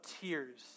tears